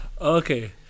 Okay